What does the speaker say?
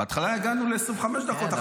בהתחלה הגענו ל-25 דקות.